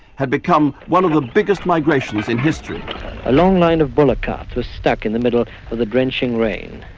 had become one of the biggest migrations in history. a long line of bullock-carts is stuck in the middle of the drenching rain.